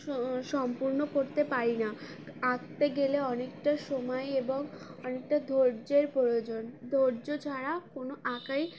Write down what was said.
সম্পূর্ণ করতে পারি না আঁকতে গেলে অনেকটা সময় এবং অনেকটা ধৈর্যের প্রয়োজন ধৈর্য ছাড়া কোনো আঁকাই